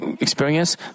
experience